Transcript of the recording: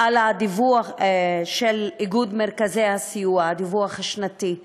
על הדיווח של איגוד מרכזי הסיוע, הדיווח השנתי.